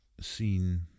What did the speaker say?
seen